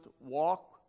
walk